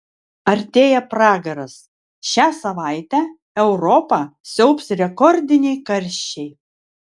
artėja pragaras šią savaitę europą siaubs rekordiniai karščiai